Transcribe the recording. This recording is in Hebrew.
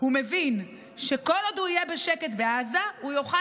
מבין שכל עוד הוא יהיה בשקט בעזה הוא יוכל